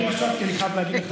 אני חייב להגיד לך,